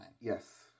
Yes